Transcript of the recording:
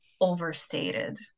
overstated